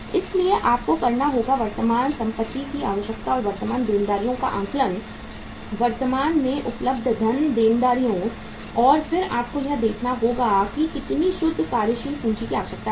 इसलिए आपको करना होगा वर्तमान संपत्ति की आवश्यकता और वर्तमान देनदारियों का आकलन वर्तमान से उपलब्ध धन देनदारियों और फिर आपको यह देखना होगा कि कितनी शुद्ध कार्यशील पूंजी की आवश्यकता है